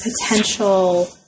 potential